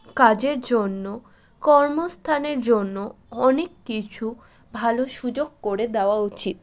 কাজের জন্য কর্ম স্থানের জন্য অনেক কিছু ভালো সুযোগ করে দেওয়া উচিত